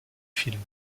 films